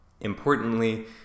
Importantly